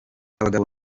abagabo